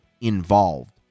involved